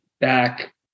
back